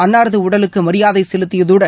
அன்னாரது உடலுக்கு மரியாதை செலுத்தியதுடன்